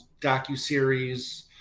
docuseries